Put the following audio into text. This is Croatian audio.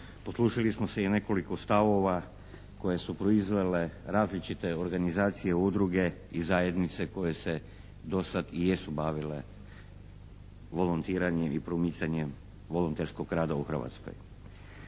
poslužili smo se i nekoliko stavova koje su proizvele različite organizacije, udruge i zajednice koje se do sad i jesu bavile volontiranjem i promicanjem volonterskog rada u Hrvatskoj.